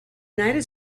united